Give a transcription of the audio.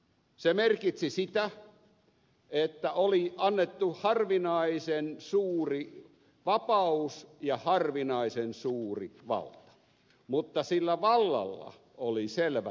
se merkitsi sitä että oli annettu harvinaisen suuri vapaus ja harvinaisen suuri valta mutta sillä vallalla oli selvät rajat